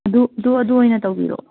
ꯑꯗꯨ ꯑꯗꯨ ꯑꯣꯏꯅ ꯇꯧꯕꯤꯔꯛꯑꯣ